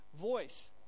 voice